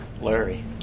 Larry